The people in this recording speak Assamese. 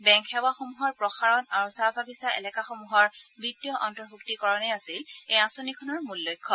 বেংক সেৱাসমূহৰ প্ৰসাৰণ আৰু চাহ বাগিছা এলেকাসমূহৰ বিত্তীয় অন্তভুক্তিকৰণেই আছিল এই আঁচনিখনৰ মূল লক্ষ্য